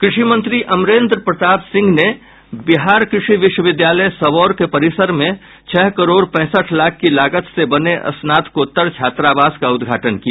कृषि मंत्री अमरेन्द्र प्रताप सिंह ने बिहार कृषि विश्वविद्यालय सबौर के परिसर में छह करोड़ पैसठ लाख की लागत से बने स्नातकोत्तर छात्रावास का उद्घाटन किया